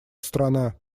страна